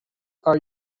are